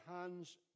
hands